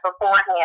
beforehand